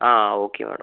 ആ okay madam